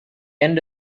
end